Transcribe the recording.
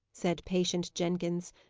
said patient jenkins,